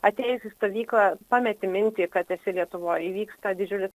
atėjus į stovyklą pameti mintį kad esi lietuvoj įvyksta didžiulis